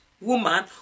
woman